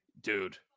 Dude